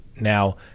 Now